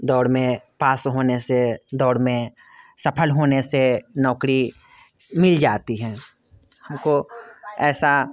दौड़ में पास होने से दौड़ में सफ़ल होने से नौकरी मिल जाती है हम को ऐसा